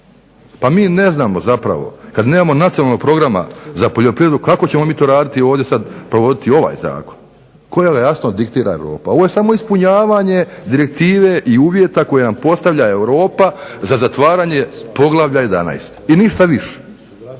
Pa mi ne znamo zapravo kad nemamo Nacionalnog programa za poljoprivredu kako ćemo mi to raditi ovdje sad i provoditi ovaj zakon kojeg jasno diktira Europa. Ovo je samo ispunjavanje direktive i uvjeta koje nam postavlja Europa za zatvaranje Poglavlja 11. i ništa više.